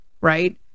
Right